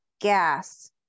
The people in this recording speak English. gas